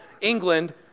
England